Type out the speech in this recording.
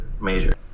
major